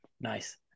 Nice